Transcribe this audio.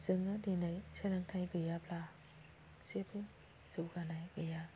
जोङो दिनै सोलोंथाय गैयाब्ला जेबो जौगानाय गैया